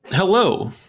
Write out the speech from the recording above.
Hello